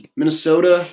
Minnesota